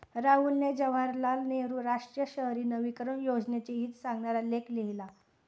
राहुलने जवाहरलाल नेहरू राष्ट्रीय शहरी नवीकरण योजनेचे हित सांगणारा लेख लिहिला